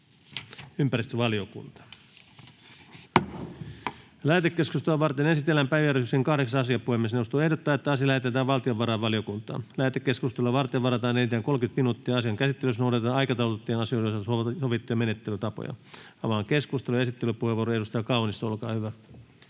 N/A Content: Lähetekeskustelua varten esitellään päiväjärjestyksen 8. asia. Puhemiesneuvosto ehdottaa, että asia lähetetään valtiovarainvaliokuntaan. Lähetekeskustelua varten varataan enintään 30 minuuttia. Asian käsittelyssä noudatetaan aikataulutettujen asioiden osalta sovittuja menettelytapoja. — Avaan keskustelun. Esittelypuheenvuoro, edustaja Kaunisto, olkaa hyvä.